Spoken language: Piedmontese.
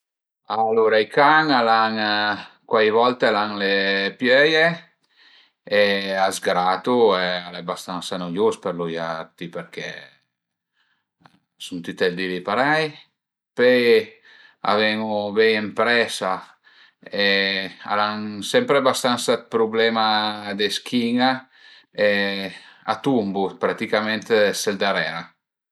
Alura i can al an, cuai volte al an le piöie e a s'gratu e al e bastansa nuius për lui auti përché a sun tüti parei pöi a ven-u vei ën presa, al an sempre bastansa dë prublema dë schin-a e a tumbu praticament sël darera